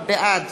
בעד